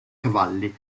cavalli